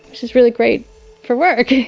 which is really great for working.